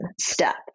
step